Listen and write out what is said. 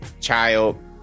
child